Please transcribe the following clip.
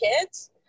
kids